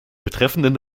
betreffenden